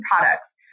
products